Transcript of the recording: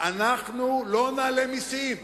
אנחנו לא נעלה מסים,